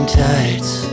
tides